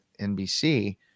NBC